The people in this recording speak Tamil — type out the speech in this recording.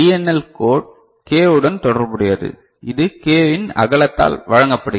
எல் கோட் k உடன் தொடர்புடையது இது k இன் அகலத்தால் வழங்கப்படுகிறது